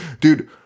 dude